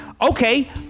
Okay